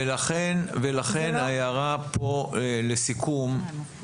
ולכן ההערה כאן, לסיכום.